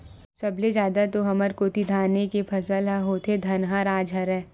सब ले जादा तो हमर कोती धाने के फसल ह होथे धनहा राज हरय